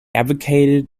advocated